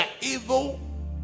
evil